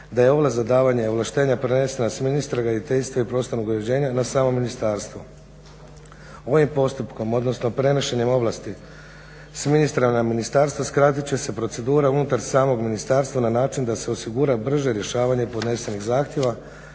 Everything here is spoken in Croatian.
da je ovlast za davanje ovlaštenja prenesena s ministra graditeljstva i prostornog uređenja na samo ministarstvo. Ovim postupkom, odnosno prenošenjem ovlasti s ministra na ministarstvo skratit će se procedura unutar samog ministarstva na način da se osigura brže rješavanje podnesenih zahtjeva,